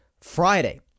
Friday